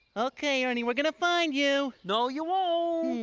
okay, ernie, we're gonna find you. no, you won't!